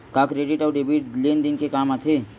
का क्रेडिट अउ डेबिट लेन देन के काम आथे?